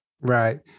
right